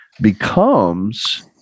becomes